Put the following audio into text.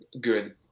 good